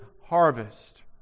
harvest